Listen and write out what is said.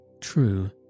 True